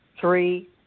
Three